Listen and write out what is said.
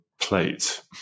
plate